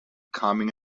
comings